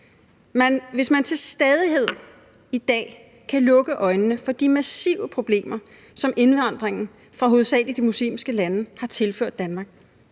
Hvis man til stadighed i dag kan lukke øjnene for de massive problemer, som indvandringen fra hovedsagelig de muslimske lande har påført Danmark,